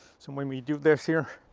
so when we do this here,